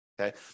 Okay